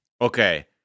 Okay